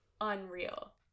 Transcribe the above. unreal